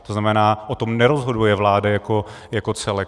To znamená, o tom nerozhoduje vláda jako celek.